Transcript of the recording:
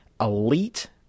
elite